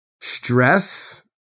stress